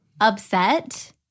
upset